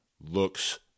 looks